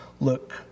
look